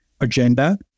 agenda